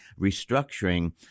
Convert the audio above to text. restructuring